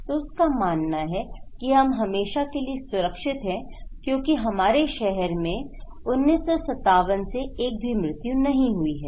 तो उसका मानना है कि हम हमेशा के लिए सुरक्षित हैं क्योंकि हमारे शहर में 1957 से एक भी मृत्यु नहीं हुई है